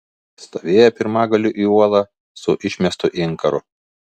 stovėjo pirmagaliu į uolą su išmestu inkaru